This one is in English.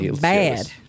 bad